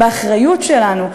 באחריות שלנו,